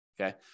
Okay